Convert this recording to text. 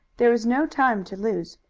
there was no time to lose.